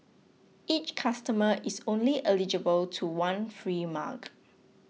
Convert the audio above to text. each customer is only eligible to one free mug